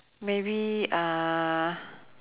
maybe uh